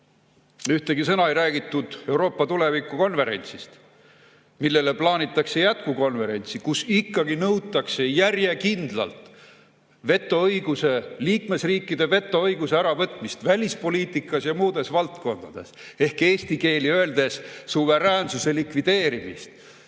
Ühtegi sõna ei räägitud Euroopa tuleviku konverentsist, millele plaanitakse jätkukonverentsi, kus ikkagi nõutakse järjekindlalt liikmesriikide vetoõiguse äravõtmist välispoliitikas ja muudes valdkondades ehk eesti keeli öeldes suveräänsuse likvideerimist.